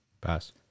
pass